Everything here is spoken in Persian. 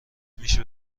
میشه